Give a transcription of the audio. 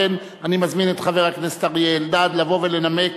לכן אני מזמין את חבר הכנסת אריה אלדד לבוא ולנמק